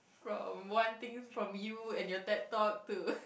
from one thing from you and your Ted Talk to